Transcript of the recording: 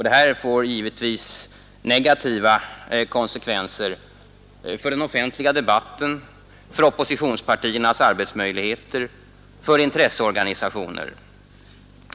Det får givetvis negativa konsekvenser för den offentliga debatten, för oppositionspartiernas arbete och för intresseorganisationer.